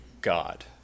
God